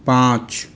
पाँच